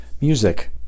music